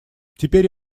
теперь